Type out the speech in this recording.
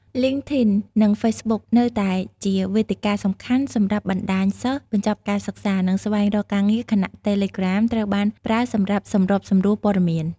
លីង ធីន LinkedIn និង ហ្វេសប៊ុក Facebook នៅតែជាវេទិកាសំខាន់សម្រាប់បណ្តាញសិស្សបញ្ចប់ការសិក្សា និងស្វែងរកការងារ ខណៈ តេឡេក្រាម Telegram ត្រូវបានប្រើសម្រាប់សម្របសម្រួលព័ត៌មាន។